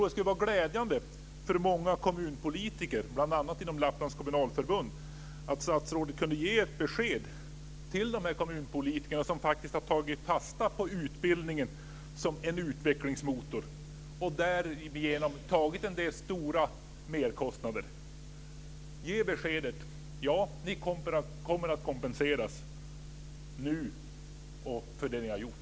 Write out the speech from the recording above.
Det vore glädjande för många kommunpolitiker - bl.a. inom Lapplands kommunalförbund - om statsrådet kunde ge ett besked till de kommunpolitiker som har tagit fasta på utbildning som en utvecklingsmotor. Därigenom har de tagit på sig en del stora merkostnader. Ge beskedet: Ja, ni kommer att kompenseras för det som ni har gjort.